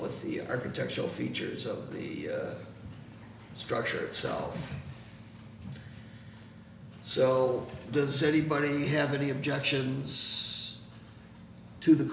with the architectural features of the structure itself so does anybody have any objections to the